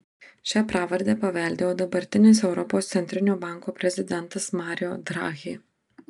šią pravardę paveldėjo dabartinis europos centrinio banko prezidentas mario draghi